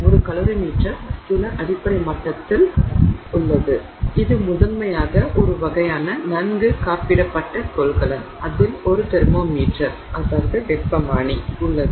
ஒரு calorimeter calorimeter கலோரிமானி சில அடிப்படை மட்டத்தில் உள்ளது இது முதன்மையாக ஒரு வகையான நன்கு காப்பிடப்பட்ட கொள்கலன் அதில் ஒரு தெர்மோமீட்டர் உள்ளது